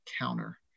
counter